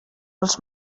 els